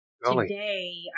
Today